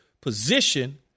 position